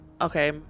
Okay